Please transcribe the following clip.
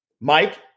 Mike